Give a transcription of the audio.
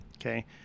Okay